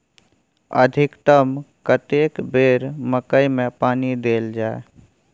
अधिकतम कतेक बेर मकई मे पानी देल जाय?